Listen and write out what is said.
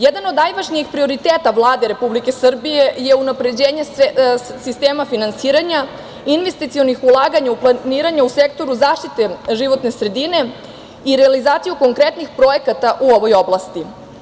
Jedan od najvažnijih prioriteta Vlade Republike Srbije je unapređenje sistema finansiranja, investicionih ulaganja u planiranje u sektoru zaštite životne sredine i realizaciju konkretnih projekata u ovoj oblasti.